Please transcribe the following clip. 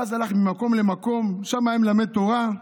ואז הלך ממקום למקום, ושם היה מלמד תורה,